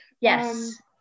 yes